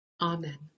Amen